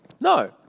No